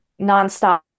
nonstop